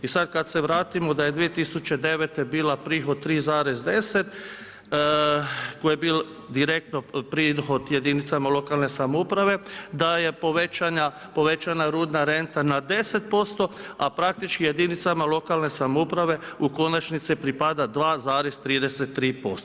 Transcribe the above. I sada kada se vratimo da je 2009. bio prihod 3,10 koji je bio direktan prihod jedinicama lokalne samouprave da je povećana rudna renta na 10% a praktički jedinicama lokalne samouprave u konačnici pripada 2,33%